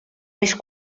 més